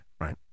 right